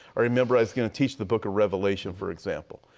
i remember i was going to teach the book of revelation for example.